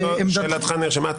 שאלתך נרשמה.